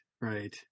Right